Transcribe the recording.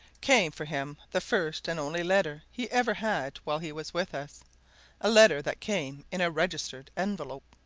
came for him the first and only letter he ever had while he was with us a letter that came in a registered envelope.